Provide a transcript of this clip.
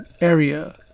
area